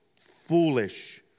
foolish